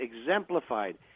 exemplified